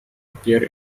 appear